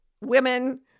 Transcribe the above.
women